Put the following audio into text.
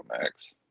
Max